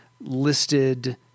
listed